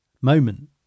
moment